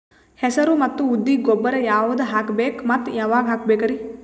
ಹೆಸರು ಮತ್ತು ಉದ್ದಿಗ ಗೊಬ್ಬರ ಯಾವದ ಹಾಕಬೇಕ ಮತ್ತ ಯಾವಾಗ ಹಾಕಬೇಕರಿ?